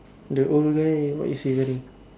the old guy what is he wearing